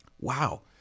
wow